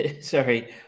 Sorry